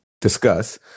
discuss